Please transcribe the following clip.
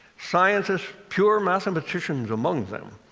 scientists, pure mathematicians among them,